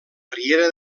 riera